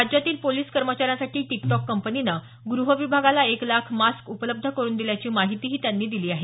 राज्यातील पोलिस कर्मचाऱ्यांसाठी टिकटॉक कंपनीनं ग्रहविभागाला एक लाख मास्क उपलब्ध करून दिल्याची माहितीही त्यांनी दिली आहे